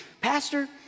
Pastor